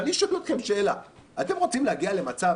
ואני שואל אתכם שאלה: אתם רוצים להגיע למצב